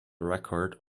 record